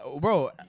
bro